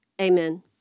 Amen